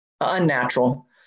unnatural